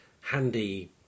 handy